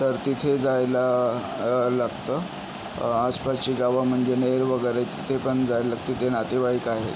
तर तिथे जायला लागतं आसपासची गावं म्हणजे नेर वगैरे तिथे पण जाय लागतं तिथे नातेवाईक आहे